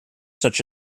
such